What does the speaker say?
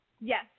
Yes